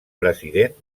president